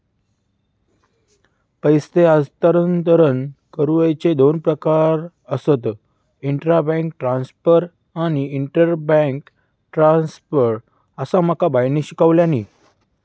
पैसे हस्तांतरण करुचे दोन प्रकार आसत, इंट्रा बैंक ट्रांसफर आणि इंटर बैंक ट्रांसफर, असा माका बाईंनी शिकवल्यानी